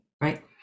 right